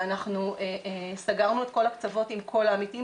ואנחנו סגרנו את כל הקצוות עם כל העמיתים